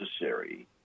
necessary